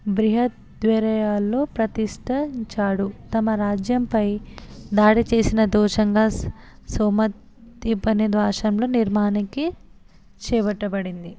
బ్రిహదేరాలలో ప్రతిష్ఠించాడు తమ రాజ్యంపై దాడి చేసిన దోషంగా సోమ త్విపని ద్వాసంలో నిర్మాణాన్నికి చేపట్టబడింది